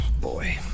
boy